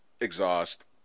exhaust